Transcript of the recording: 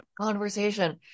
conversation